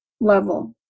level